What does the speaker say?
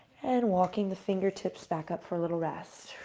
and walking the fingertips back up for a little rest.